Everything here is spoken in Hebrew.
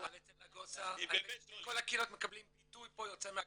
אצל נגוסה כל הקהילות מקבלות פה ביטוי יוצא מהכלל.